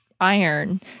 iron